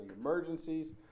emergencies